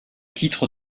titres